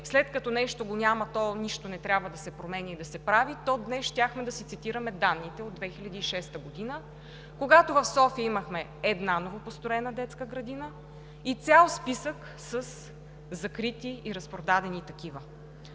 след като нещо го няма, то нищо не трябва да се променя и да се прави, то днес щяхме да си цитираме данните от 2006 г., когато в София имахме една новопостроена детска градина и цял списък със закрити и разпродадени такива.